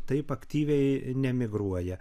taip aktyviai nemigruoja